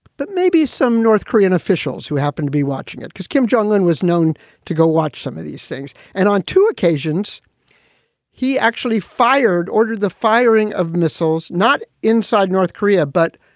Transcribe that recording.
but maybe some north korean officials who happened to be watching it because kim jong un was known to go watch some of these things. and on two occasions he actually fired ordered the firing of missiles not inside north korea, but